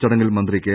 ചടങ്ങിൽ മന്ത്രി കെ